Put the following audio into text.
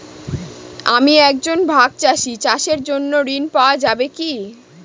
আমি একজন ভাগ চাষি চাষের জন্য ঋণ পাওয়া যাবে কি?